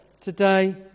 today